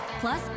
plus